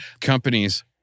companies